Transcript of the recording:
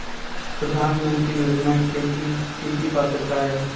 प्रधानमंत्री योजना के की की पात्रता है?